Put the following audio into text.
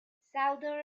souther